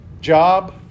Job